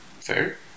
Fair